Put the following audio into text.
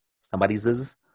somebody's